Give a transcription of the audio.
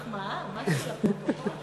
סליחה, מחמאה, משהו לפרוטוקול.